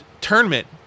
tournament